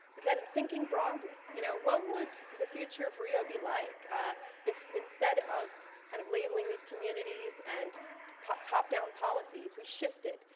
thinking broadly. you know what would the future of rio be like if instead of kind of labeling these communities and top top down policies, we shift it?